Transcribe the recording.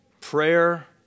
prayer